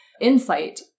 insight